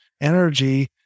energy